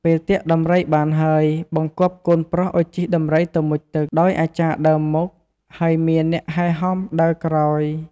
ពេលទាក់ដំរីបានហើយ បង្គាប់កូនប្រុសឲជិះដំរីទៅមុជទឹក ដោយអាចារ្យដើរមុខ ហើយមានអ្នកហែហមដើរក្រោយ។